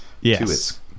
Yes